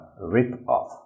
rip-off